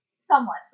somewhat